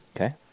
Okay